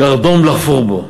קרדום לחפור בו.